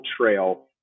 trail